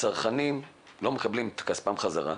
הצרכנים לא מקבלים את כספם בחזרה,